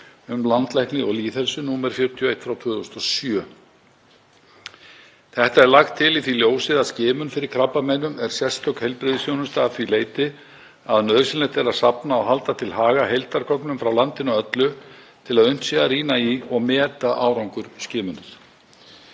um landlækni og lýðheilsu, nr. 41/2007. Þetta er lagt til í því ljósi að skimun fyrir krabbameinum er sérstök heilbrigðisþjónusta að því leyti að nauðsynlegt er að safna og halda til haga heildargögnum frá landinu öllu til að unnt sé að rýna í og meta árangur skimunar.